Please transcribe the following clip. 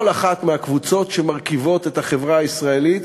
כל אחת מהקבוצות שמרכיבות את החברה הישראלית,